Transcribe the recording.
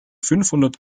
fünfhundert